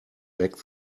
back